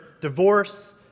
divorce